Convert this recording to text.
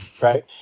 right